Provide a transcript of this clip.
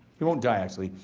you won't die, actually.